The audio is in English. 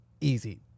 easy